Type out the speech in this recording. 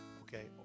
Okay